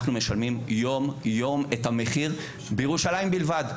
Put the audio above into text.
אנחנו משלמים יום יום את המחיר בירושלים בלבד.